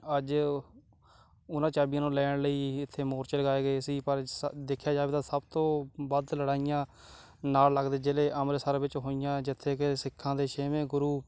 ਅੱਜ ਉਹਨਾਂ ਚਾਬੀਆਂ ਨੂੰ ਲੈਣ ਲਈ ਇੱਥੇ ਮੋਰਚੇ ਲਗਾਏ ਗਏ ਸੀ ਪਰ ਸ ਦੇਖਿਆ ਜਾਵੇ ਤਾਂ ਸਭ ਤੋਂ ਵੱਧ ਲੜਾਈਆਂ ਨਾਲ ਲੱਗਦੇ ਜ਼ਿਲ੍ਹੇ ਅੰਮ੍ਰਿਤਸਰ ਵਿੱਚ ਹੋਈਆਂ ਜਿੱਥੇ ਕਿ ਸਿੱਖਾਂ ਦੇ ਛੇਵੇਂ ਗੁਰੂ